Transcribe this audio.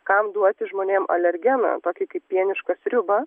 kam duoti žmonėm alergeną tokį kaip pienišką sriubą